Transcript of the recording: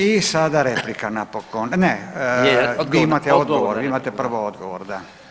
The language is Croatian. I sada replika napokon, ne [[Upadica: Odgovor, odgovor.]] vi imate odgovor, vi imate prvo odgovor, da.